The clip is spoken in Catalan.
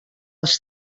els